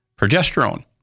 progesterone